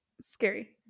scary